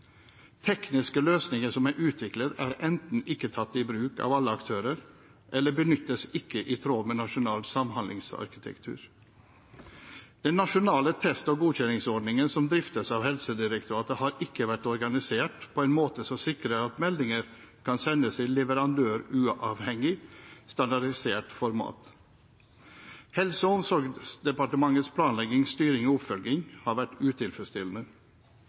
Tekniske løsninger som er utviklet, er enten ikke tatt i bruk av alle aktører, eller benyttes ikke i tråd med nasjonal samhandlingsarkitektur. Den nasjonale test- og godkjenningsordningen, som driftes av Helsedirektoratet, har ikke vært organisert på en måte som sikrer at meldinger kan sendes i leverandøruavhengig, standardisert format. Helse- og omsorgsdepartementets planlegging, styring og oppfølging har vært utilfredsstillende.